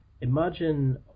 imagine